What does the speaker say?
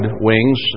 wings